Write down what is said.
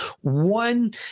one